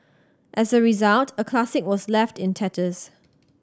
as a result a classic was left in tatters